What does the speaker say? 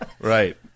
right